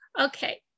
Okay